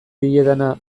diedana